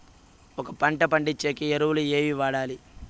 ఒక పంట పండించేకి ఎరువులు ఏవి వాడాలి?